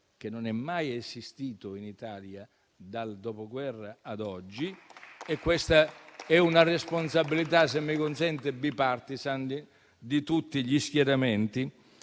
che non è mai esistito in Italia dal dopoguerra ad oggi (questa è una responsabilità, se mi consente, *bipartisan*, di tutti gli schieramenti),